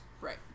Right